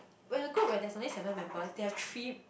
when the group when there is only seven members they have three